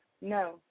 No